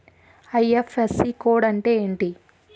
IFSC code అంటే ఏంటి?